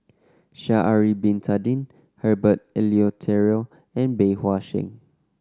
Sha'ari Bin Tadin Herbert Eleuterio and Bey Hua Heng